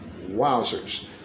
Wowzers